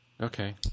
Okay